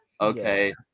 Okay